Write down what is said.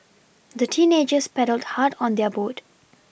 the teenagers paddled hard on their boat